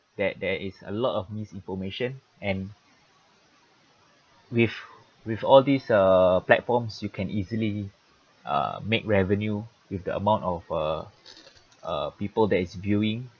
that there is a lot of misinformation and with with all these uh platforms you can easily make revenue with the amount of uh uh people that is viewing